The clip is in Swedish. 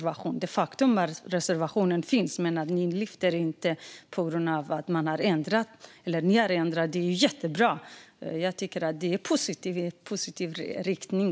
Det är ett faktum att reservationen finns, men ni lyfter den inte på grund av att ni har ändrat er. Det är jättebra. Jag tycker att det är positivt. Det är en positiv riktning.